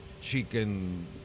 chicken